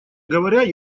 говоря